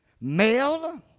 Male